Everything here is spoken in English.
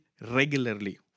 regularly